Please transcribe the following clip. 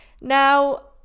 Now